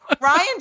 Ryan